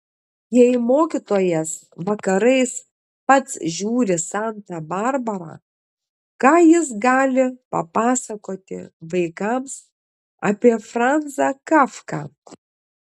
jei mokytojas vakarais pats žiūri santą barbarą ką jis gali papasakoti vaikams apie franzą kafką